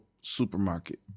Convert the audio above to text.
supermarket